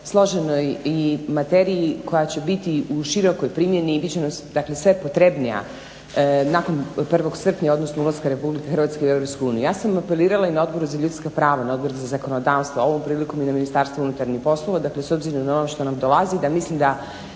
složenoj materiji koja će biti u širokoj primjeni i bit će nam sve potrebnija nakon 1. srpnja, odnosno ulaska RH u Europsku uniju. Ja sam apelirala i na Odboru za ljudska prava, na Odboru za zakonodavstvo, a ovom prilikom i na Ministarstvo unutarnjih poslova, dakle s obzirom na ono što nam dolazi da mislim da